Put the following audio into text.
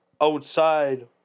outside